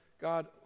god